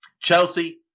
Chelsea